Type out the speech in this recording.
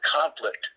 conflict